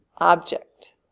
object